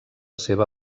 seva